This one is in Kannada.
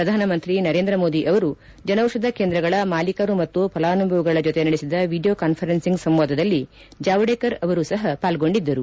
ಪ್ರಧಾನಮಂತ್ರಿ ನರೇಂದ್ರ ಮೋದಿ ಅವರು ಜನೌಷಧ ಕೇಂದ್ರಗಳ ಮಾಲೀಕರು ಮತ್ತು ಫಲಾನುಭವಿಗಳ ಜೊತೆ ನಡೆಸಿದ ವಿಡಿಯೋ ಕಾನ್ವರೆನ್ವಿಂಗ್ ಸಂವಾದದಲ್ಲಿ ಜಾವಡೇಕರ್ ಅವರು ಸಹ ಪಾಲ್ಗೊಂಡಿದ್ದರು